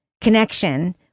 connection